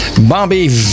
Bobby